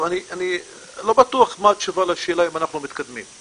אני לא בטוח מה התשובה לשאלה אם אנחנו מתקדמים,